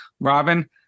Robin